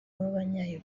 b’abanya